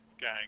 gang